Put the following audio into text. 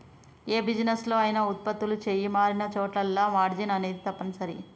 యే బిజినెస్ లో అయినా వుత్పత్తులు చెయ్యి మారినచోటల్లా మార్జిన్ అనేది తప్పనిసరి